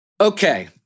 Okay